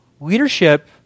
Leadership